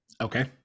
Okay